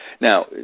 Now